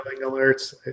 alerts